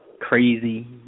crazy